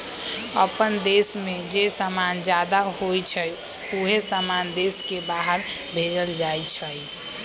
अप्पन देश में जे समान जादा होई छई उहे समान देश के बाहर भेजल जाई छई